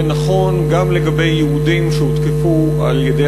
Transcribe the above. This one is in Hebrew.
זה נכון גם לגבי יהודים שהותקפו על-ידי